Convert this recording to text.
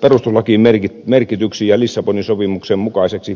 perustuslakiin merkityksi ja lissabonin sopimuksen mukaiseksi